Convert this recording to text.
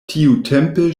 tiutempe